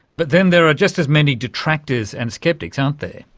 but then there are just as many detractors and sceptics, aren't there.